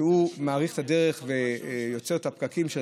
מה שמאריך את הדרך ויוצר את הפקקים.